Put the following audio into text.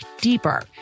deeper